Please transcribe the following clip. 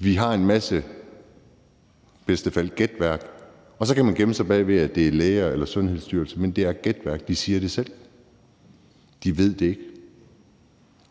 Vi har en masse, i bedste fald gætværk, og så kan man gemme sig bag ved læger eller Sundhedsstyrelsen, men det er gætværk. De siger det selv. De ved det ikke.